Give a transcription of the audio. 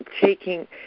taking